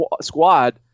squad